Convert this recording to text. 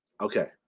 Okay